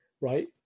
right